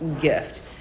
gift